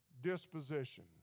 disposition